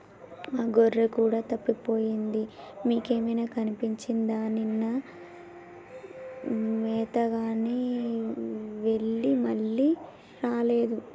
మా గొర్రె కూడా తప్పిపోయింది మీకేమైనా కనిపించిందా నిన్న మేతగాని వెళ్లి మళ్లీ రాలేదు